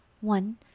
One